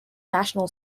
national